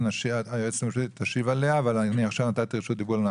היועצת המשפטית תשיב עליה אך נתתי רשות דיבור.